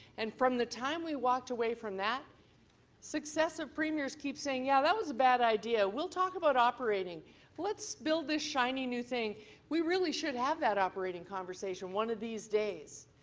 and from the time we walked away from that successive premieres keep saying yeah that was a bad idea, we'll talk about operating let's build this shiny new thing we really should have that operating conversation one of these days.